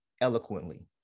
eloquently